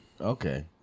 okay